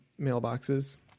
mailboxes